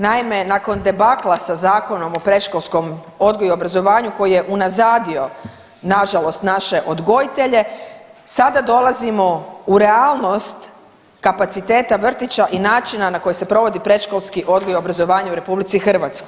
Naime, nakon debakla sa Zakonom o predškolskom odgoju i obrazovanju koji je unazadio nažalost naše odgojitelje, sada dolazimo u realnost kapaciteta vrtića i načina na koji se provodi predškolski odgoj i obrazovanje u RH.